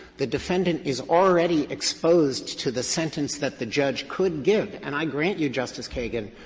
the defendant is already exposed to the sentence that the judge could give. and i grant you, justice kagan,